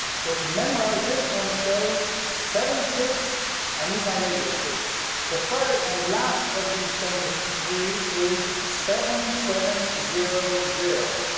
so to memorize this one say seven six i need my radio fixed. the third and last of these famous three is seven seven zero zero.